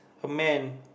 a man